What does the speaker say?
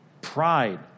pride